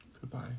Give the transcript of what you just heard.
Goodbye